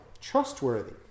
trustworthy